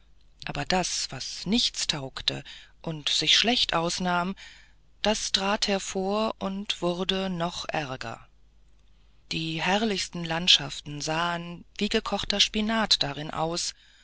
aber das was nichts taugte und sich schlecht ausnahm das trat hervor und wurde noch ärger die herrlichsten landschaften sahen wie gekochter spinat darin aus